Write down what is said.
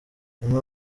imwe